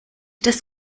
das